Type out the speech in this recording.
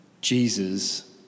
Jesus